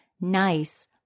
nice